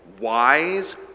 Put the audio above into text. wise